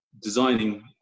designing